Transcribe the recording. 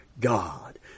God